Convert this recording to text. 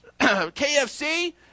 KFC